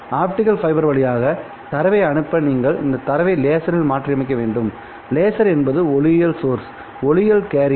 optical fibre வழியாக தரவை அனுப்ப நீங்கள் இந்த தரவை லேசரில் மாற்றியமைக்க வேண்டும் லேசர் என்பது ஒளியியல் சோர்ஸ் ஒளியியல் கேரியர்